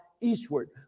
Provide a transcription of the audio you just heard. eastward